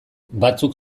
batzuk